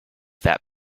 that